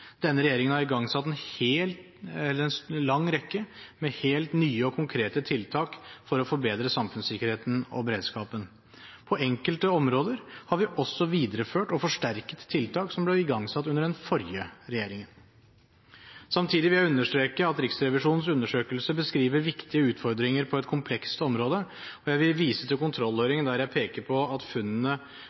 Denne regjeringen har igangsatt en lang rekke med helt nye og konkrete tiltak for å forbedre samfunnssikkerheten og beredskapen. På enkelte områder har vi også videreført og forsterket tiltak som ble igangsatt under den forrige regjeringen. Samtidig vil jeg understreke at Riksrevisjonens undersøkelse beskriver viktige utfordringer på et komplekst område. Jeg vil vise til kontrollhøringen, der jeg pekte på at funnene